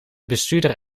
bestuurder